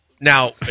Now